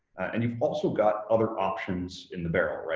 and you've also got other options in the barrel,